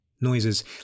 Noises